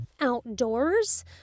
outdoors